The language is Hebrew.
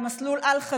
על מסלול אל-חזור,